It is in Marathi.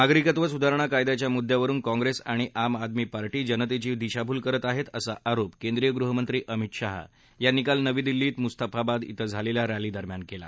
नागरिकत्व सुधारणा कायद्याच्या मुद्द्यावरुन कप्रिस आणि आम आदमी पार्शी जनतेची दिशाभूल करत आहेत असा आरोप केंद्रीय गृहमंत्री अमित शहा यांनी काल नवी दिल्लीत मुस्तफाबाद क्वें झालेल्या रॅली दरम्यान केला